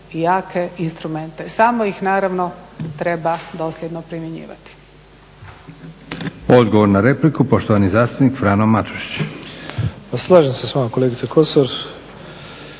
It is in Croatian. jake instrumente samo ih naravno treba dosljedno primjenjivati.